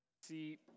See